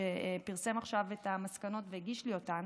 שפרסם עכשיו את המסקנות והגיש לי אותן.